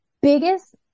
biggest